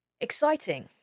exciting